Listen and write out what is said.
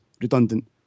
redundant